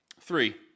Three